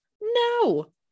No